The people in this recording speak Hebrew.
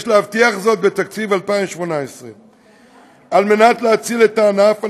יש להבטיח זאת בתקציב 2018. כדי להציל את הענף,